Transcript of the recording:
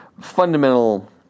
fundamental